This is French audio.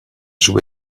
joue